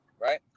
right